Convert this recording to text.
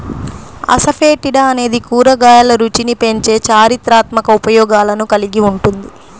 asafoetida అనేది కూరగాయల రుచిని పెంచే చారిత్రాత్మక ఉపయోగాలను కలిగి ఉంటుంది